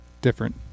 different